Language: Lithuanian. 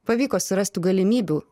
pavyko surast tų galimybių